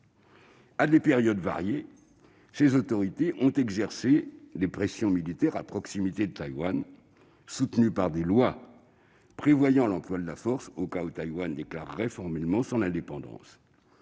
À des périodes diverses, ces autorités ont exercé des pressions militaires à proximité de Taïwan, soutenues par des lois prévoyant l'emploi de la force au cas où Taïwan déclarerait formellement son indépendance.